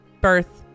birth